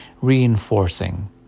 reinforcing